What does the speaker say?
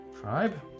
tribe